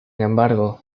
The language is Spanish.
embargo